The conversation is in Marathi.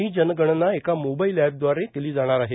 ही जनगणना एका मोबाईल एप दवारे केली जाणार आहे